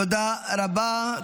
תודה רבה.